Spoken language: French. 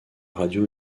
radio